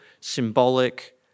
symbolic